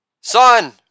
son